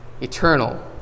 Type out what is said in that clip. eternal